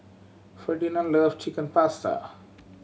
Ferdinand love Chicken Pasta